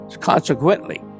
Consequently